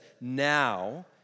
now